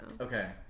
Okay